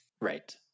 Right